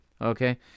okay